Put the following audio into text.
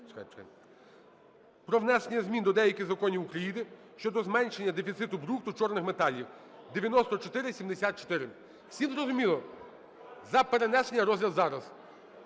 Про внесення змін до деяких законів України щодо зменшення дефіциту брухту чорних металів (9474). Всім зрозуміло? За перенесення – розгляд зараз.